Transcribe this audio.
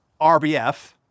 RBF